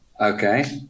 Okay